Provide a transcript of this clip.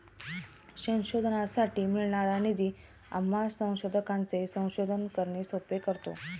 संशोधनासाठी मिळणारा निधी आम्हा संशोधकांचे संशोधन करणे सोपे करतो